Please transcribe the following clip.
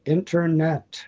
Internet